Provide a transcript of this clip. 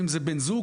או אם זה בן זוג,